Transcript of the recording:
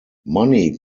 money